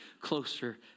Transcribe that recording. closer